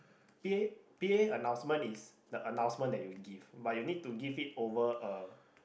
p_a p_a annoucement is the annoucement that you give but you need to give it over a